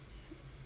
mm